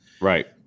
Right